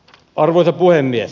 arvoisa puhemies